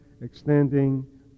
extending